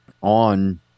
on